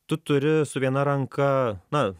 tu turi su viena ranka na